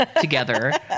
together